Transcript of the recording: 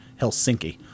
Helsinki